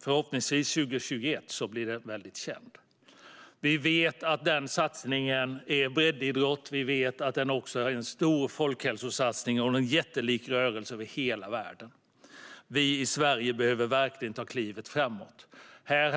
Till 2021 blir det förhoppningsvis väldigt känt. Vi vet att den satsningen är på breddidrott; vi vet att den också är en stor folkhälsosatsning. Det är en jättelik rörelse över hela världen. Vi i Sverige behöver verkligen ta klivet framåt. Här